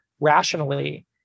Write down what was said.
rationally